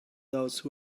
those